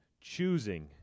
choosing